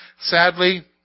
sadly